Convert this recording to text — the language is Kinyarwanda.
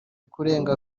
kurenga